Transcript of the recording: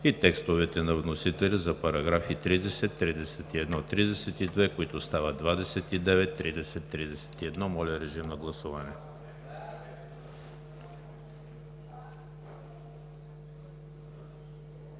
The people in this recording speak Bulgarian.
и текстовете на вносителя за параграфи 30, 31 и 32, които стават параграфи 29, 30 и 31. Моля, режим на гласуване.